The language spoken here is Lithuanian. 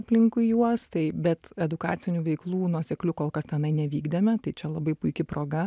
aplinkui juos tai bet edukacinių veiklų nuoseklių kol kas tenai nevykdėme tai čia labai puiki proga